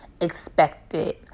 expected